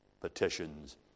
petitions